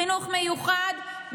חינוך מיוחד,